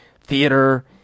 theater